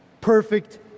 perfect